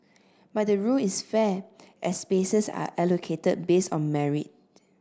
but the rule is fair as spaces are allocated based on merit